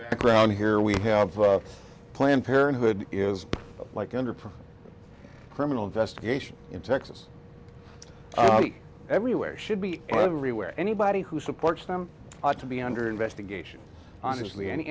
background here we have planned parenthood is like under criminal investigation in texas everywhere should be everywhere anybody who supports them to be under investigation honestly any